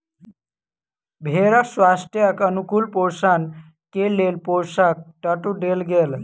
भेड़क स्वास्थ्यक अनुकूल पोषण के लेल पोषक तत्व देल गेल